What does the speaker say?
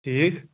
ٹھیٖک